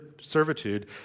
servitude